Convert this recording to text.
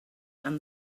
and